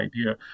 idea